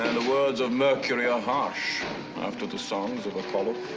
and the words of mercury are harsh after the songs of apollo.